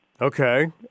Okay